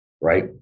right